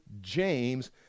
James